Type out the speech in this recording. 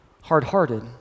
hard-hearted